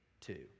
two